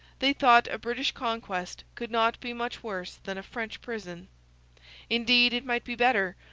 they thought a british conquest could not be much worse than a french prison indeed, it might be better,